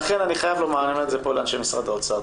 לכן אני חייב לומר לאנשי משרד האוצר.